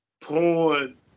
porn